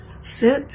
sit